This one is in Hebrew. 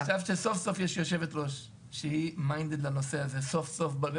עכשיו כשיש סוף סוף יושבת ראש שהנושא הזה חשוב לה,